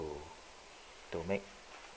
to to make